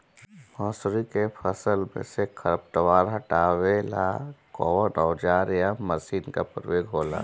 मसुरी के फसल मे से खरपतवार हटावेला कवन औजार या मशीन का प्रयोंग होला?